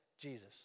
Jesus